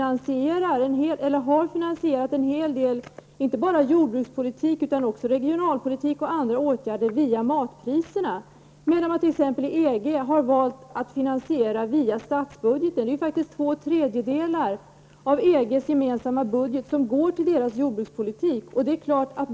har finansierat en hel del inte bara jordbrukspolitik utan också regionalpolitik och andra åtgärder via matpriserna. Inom t.ex. EG har man valt att finansiera dem via statsbudgeten. Två tredjedelar av EGs gemensamma budget går till jordbrukspolitiken.